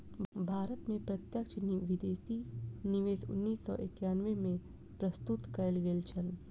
भारत में प्रत्यक्ष विदेशी निवेश उन्नैस सौ एकानबे में प्रस्तुत कयल गेल छल